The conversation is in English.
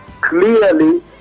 clearly